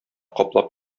каплап